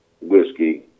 whiskey